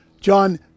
John